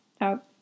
out